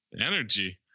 energy